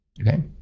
Okay